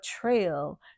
trail